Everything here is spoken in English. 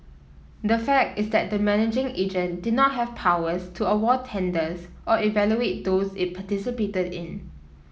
the fact is that the managing agent did not have powers to award tenders or evaluate those it participated in